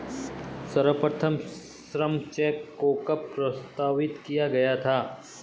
सर्वप्रथम श्रम चेक को कब प्रस्तावित किया गया था?